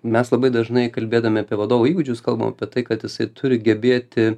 mes labai dažnai kalbėdami apie vadovų įgūdžius kalbam apie tai kad jisai turi gebėti